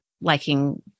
liking